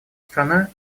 страна